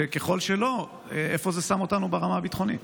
ואם לא, איפה זה שם אותנו ברמה הביטחונית?